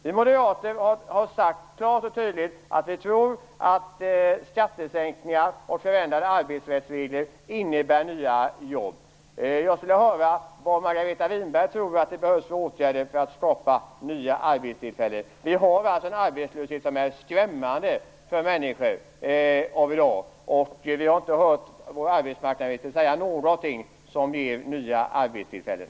Vi moderater har klart och tydligt sagt att vi tror att skattesänkningar och förändrade arbetsrättsregler innebär nya jobb. Jag vill höra vad Margareta Winberg tror att det behövs för åtgärder för att skapa nya arbetstillfällen. Arbetslösheten är skrämmande för människor av i dag, och vi har inte hört vår arbetsmarknadsminister nämna någonting som skulle kunna ge nya arbetstillfällen.